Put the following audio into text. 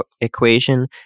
equation